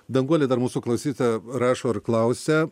danguolė dar mūsų klausytoja rašo ir klausia